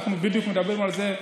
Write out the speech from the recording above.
אנחנו מדברים על זה בדיוק.